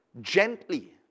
gently